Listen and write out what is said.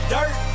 Dirt